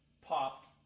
popped